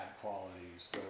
qualities